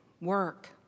work